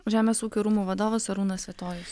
žemės ūkio rūmų vadovas arūnas svitojus